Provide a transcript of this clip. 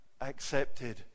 accepted